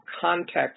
context